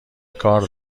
کار